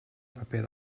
paper